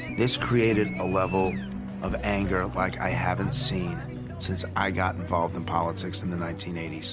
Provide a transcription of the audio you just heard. this created a level of anger like i haven't seen since i got involved in politics in the nineteen eighty s.